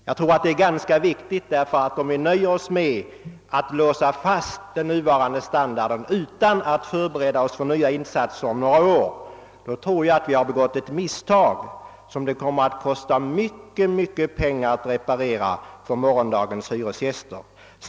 Jag tror att detta är ganska viktigt, ty om vi nöjer oss med att låsa fast den nuvarande standarden utan att förbereda oss för nya insatser om några år, så tror jag att vi begår ett misstag som det kommer att kosta mycket pengar att reparera för morgondagens hyresgäster.